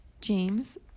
James